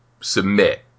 submit